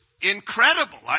incredible